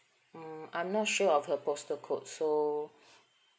mm I'm not sure of her postal code so